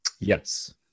yes